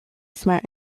smart